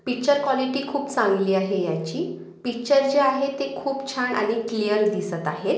picture quality खूप चांगली आहे याची पिच्चर जे आहे ते खूप छान आणि क्लिअर दिसत आहेत